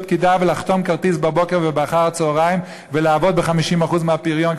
פקידה ולהחתים כרטיס בבוקר ואחר-הצהריים ולעבוד ב-50% מהפריון,